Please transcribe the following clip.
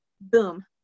boom